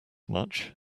much